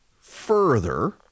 further